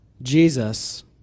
Jesus